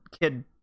Kid